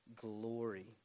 glory